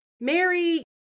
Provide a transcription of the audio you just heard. Mary